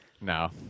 No